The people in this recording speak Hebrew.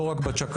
לא רק בצ'קלאקות.